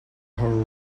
her